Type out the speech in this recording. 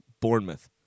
Bournemouth